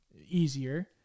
easier